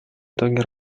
итоги